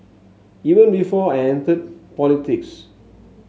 even before I entered politics